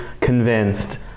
convinced